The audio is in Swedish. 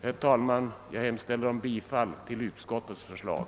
Herr talman! Jag hemställer om bifall till utskottets förslag.